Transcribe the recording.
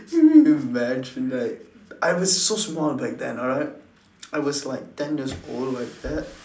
can you imagine like I was so small back then alright I was like ten years old like that